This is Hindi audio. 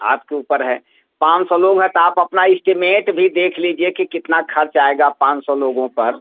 आपके ऊपर है पाँच सौ लोग हैं तो आप अपना इस्टीमेट भी देख लीजिए कि कितना खर्च आएगा पाँच सौ लोगों पर